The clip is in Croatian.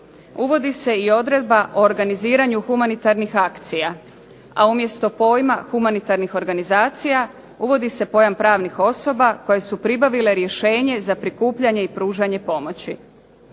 uvodi se i odredba o organiziranju humanitarnih akcija, a umjesto pojma humanitarnih organizacija uvodi se pojam pravnih osoba koje su pribavile rješenje za prikupljanje i pružanje pomoći.